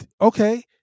okay